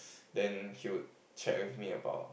then he would check with me about